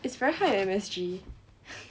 it's very high in M_S_G